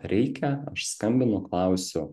reikia aš skambinu klausiu